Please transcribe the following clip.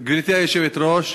גברתי היושבת-ראש,